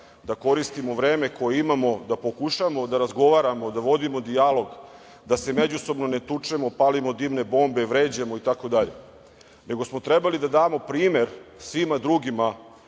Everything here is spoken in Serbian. da koristimo vreme koje imamo da pokušavamo da razgovaramo, da vodimo dijalog, da se međusobno ne tučemo, palimo dimne bombe, vređamo, itd, nego smo trebali da damo primer svima drugima